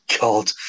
God